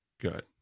good